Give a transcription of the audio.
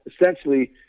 essentially